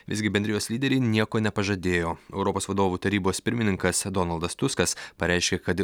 visgi bendrijos lyderiai nieko nepažadėjo europos vadovų tarybos pirmininkas donaldas tuskas pareiškė kad